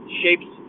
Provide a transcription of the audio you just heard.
shapes